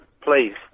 Please